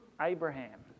Abraham